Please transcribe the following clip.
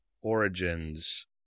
origins